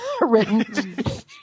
written